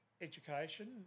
education